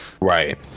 right